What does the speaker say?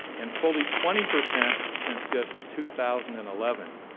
and fully twenty percent since just two thousand and eleven.